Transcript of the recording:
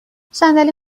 صندلی